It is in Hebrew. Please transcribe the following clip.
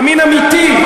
ימין אמיתי,